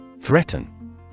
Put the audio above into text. Threaten